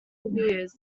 reviews